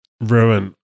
Ruin